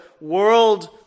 world